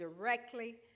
directly